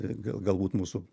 galbūt mūsų